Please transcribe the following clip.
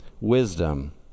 wisdom